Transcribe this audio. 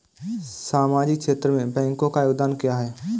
सामाजिक क्षेत्र में बैंकों का योगदान क्या है?